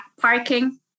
parking